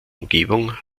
umgebung